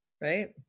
right